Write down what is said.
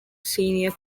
senior